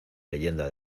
leyenda